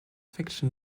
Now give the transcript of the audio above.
fiction